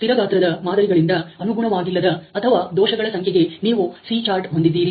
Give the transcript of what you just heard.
ಸ್ಥಿರ ಗಾತ್ರದ ಮಾದರಿಗಳಿಂದ ಅನುಗುಣವಾಗಿಲ್ಲದ ಅಥವಾ ದೋಷಗಳ ಸಂಖ್ಯೆಗೆ ನೀವು C ಚಾರ್ಟ್ ಹೊಂದಿದ್ದೀರಿ